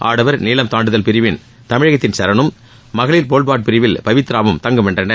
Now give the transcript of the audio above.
ஆடவர் நீளம் தாண்டுதல் பிரிவில் தமிழகத்தின் சரனும் மகளிர் போல்வாவ்ட் பிரிவில் பவித்ரா வும் தங்கப்பதக்கம் வென்றனர்